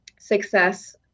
success